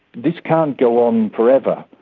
this can't go on forever,